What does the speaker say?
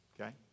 Okay